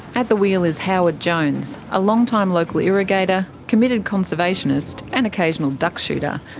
at the wheel is howard jones, a long-time local irrigator, committed conservationist and occasional duck shooter.